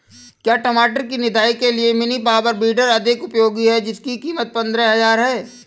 क्या टमाटर की निदाई के लिए मिनी पावर वीडर अधिक उपयोगी है जिसकी कीमत पंद्रह हजार है?